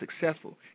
successful